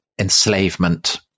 enslavement